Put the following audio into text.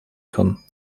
kann